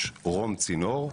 יש רום צינור,